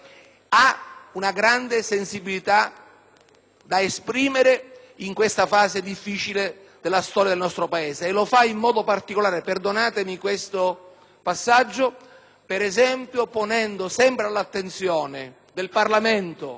ha una grande sensibilità da esprimere in questa fase difficile della storia del nostro Paese. Lo fa in modo particolare - perdonatemi questo passaggio - per esempio, ponendo sempre all'attenzione del Parlamento